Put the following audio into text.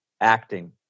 acting